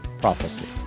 PROPHECY